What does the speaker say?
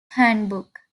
handbook